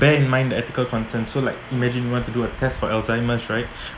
bear in mind the ethical concerns so like imagine you want to do a test for Alzheimer's right